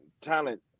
talent